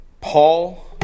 Paul